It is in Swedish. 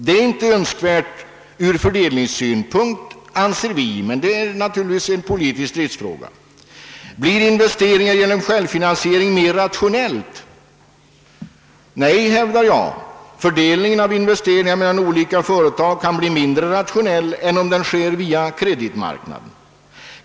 Det är inte önskvärt ur fördelningssynpunkt, anser vi, men det är naturligtvis en politisk stridsfråga. Blir investering genom självfinansiering mer rationell? Nej, hävdar jag. Fördelning av investeringarna mellan olika företag kan bli mindre rationell än om den sker via kreditmarknaden.